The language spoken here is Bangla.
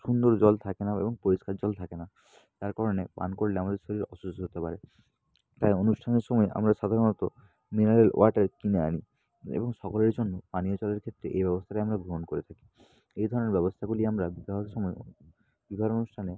সুন্দর জল থাকে না এবং পরিষ্কার জল থাকে না যার কারণে পান করলে আমাদের শরীরে অসুস্থতা বাড়ে তাই অনুষ্ঠানের সময় আমরা সাধারণত মিনারেল ওয়াটার কিনে আনি এবং সকলের জন্য পানীয় জলের ক্ষেত্রে এই ব্যবস্থাটাই আমরা গ্রহণ করে থাকি এই ধরনের ব্যবস্থাগুলি আমরা বিবাহের সময় বিবাহের অনুষ্ঠানে